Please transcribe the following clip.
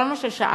כל מה ששאלתי,